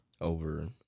over